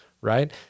right